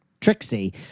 Trixie